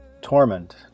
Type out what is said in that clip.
torment